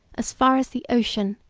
as far as the ocean,